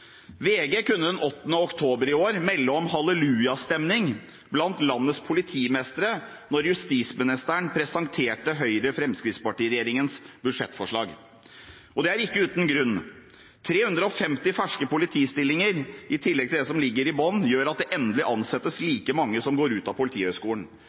kunne den 8. oktober i år melde om hallelujastemning blant landets politimestre da justisministeren presenterte Høyre–Fremskrittsparti-regjeringens budsjettforslag. Og det er ikke uten grunn: 350 ferske politistillinger – i tillegg til det som ligger i bunnen – gjør at det endelig ansettes